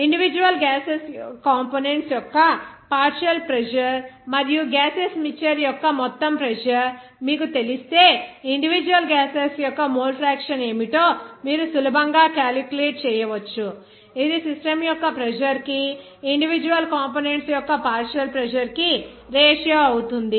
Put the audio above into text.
individual gases components యొక్క partial pressure మరియు gases mixture యొక్క మొత్తం ప్రెజర్ మీకు తెలిస్తే ఇండివిడ్యువల్ గ్యాసెస్ యొక్క మోల్ ఫ్రాక్షన్ ఏమిటో మీరు సులభంగా క్యాలిక్యులేట్ చేయవచ్చు ఇది సిస్టం యొక్క ప్రెజర్ కి ఇండివిడ్యువల్ కంపోనెంట్స్ యొక్క పార్షియల్ ప్రెజర్ కి రేషియో అవుతుంది